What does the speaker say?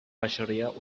başarıya